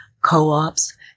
co-ops